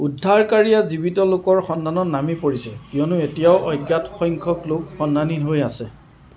উদ্ধাৰকাৰীয়ে জীৱিত লোকৰ সন্ধানত নামি পৰিছে কিয়নো এতিয়াও অজ্ঞাত সংখ্যক লোক সন্ধানী হৈ আছে